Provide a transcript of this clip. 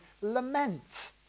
lament